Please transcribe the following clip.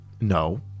No